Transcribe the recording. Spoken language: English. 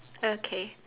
okay